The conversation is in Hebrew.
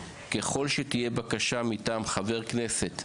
ככל שתהיה בקשה מטעם חבר כנסת,